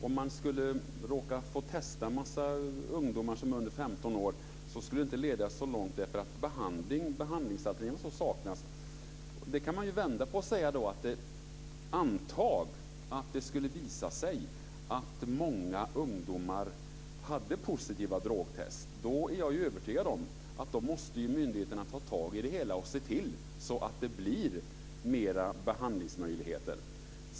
Om man skulle råka få testa en mängd ungdomar som är under 15 år, skulle det inte leda så långt därför att behandlingsalternativ saknas. Det kan man ju vända på. Antag att det skulle visa sig att många ungdomar hade positiva drogtest! Då är jag övertygad om att myndigheterna måste ta tag i det hela och se till att det blir fler behandlingsmöjligheter.